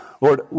Lord